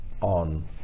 on